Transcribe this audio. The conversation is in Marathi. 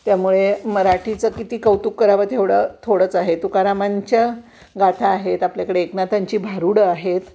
त्यामुळे मराठीचं किती कौतुक करावं तेवढं थोडंच आहे तुकारामांच्या गाथा आहेत आपल्याकडे एकनाथांची भारुडं आहेत